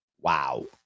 Wow